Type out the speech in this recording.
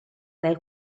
nel